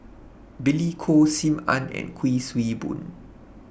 Billy Koh SIM Ann and Kuik Swee Boon